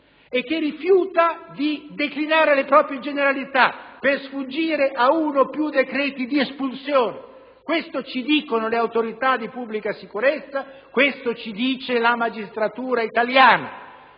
e che rifiuta di declinare le proprie generalità per sfuggire ad uno o più decreti di espulsione. Questo ci dicono le autorità di pubblica sicurezza, questo ci dice la magistratura italiana*.*